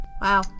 Wow